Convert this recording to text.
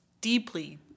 deeply